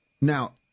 Now